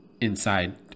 inside